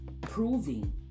proving